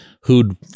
who'd